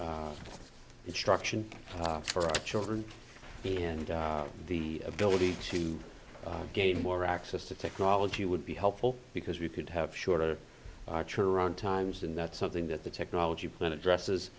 instruction for our children and the ability to gain more access to technology would be helpful because we could have shorter around times and that's something that the technology plan addresses